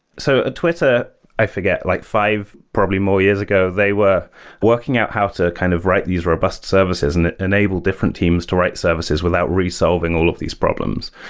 so at twitter i forget, like five, probably more years ago, they were working out how to kind of write these robust services and enable different teams to write services without resolving all of these problems.